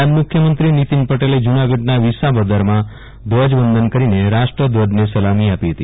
નાયબ મુખ્યમંત્રી નીતીન પટેલે જુનાગઢના વિસાવદરમાં ધ્વજવંદન કરીને રાષ્ટ્ર ધ્વજને સલામી આપી હતી